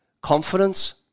confidence